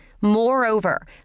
Moreover